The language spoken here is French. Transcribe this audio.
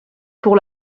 pour